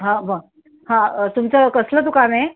हां बॉ हां तुमचं कसलं दुकान आहे